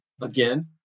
again